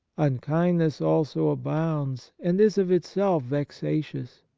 unkindness also abounds, and is of itself vexatious.